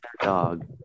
dog